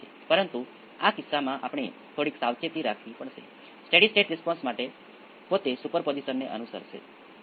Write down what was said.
હું એક ખાસ ઉદાહરણ બતાવીશ અને તમે તેને અન્ય કેસો માટે કરી શકો છો હું તેને ઓવર ડેમ્પ કેસ માટે કરીશ